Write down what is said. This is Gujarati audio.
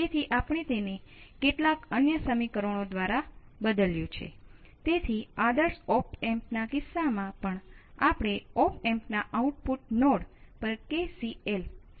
હવે આ R × C ના પરિમાણો શું છે